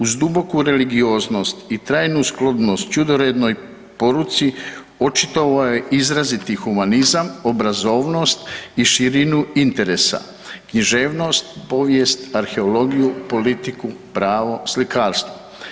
Uz duboku religioznost i trajnu sklonost ćudorednoj poruci očitovao je izraziti humanizam, obrazovnost i širinu interesa, književnost, povijest, arheologiju, politiku, pravo, slikarstvo.